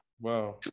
Wow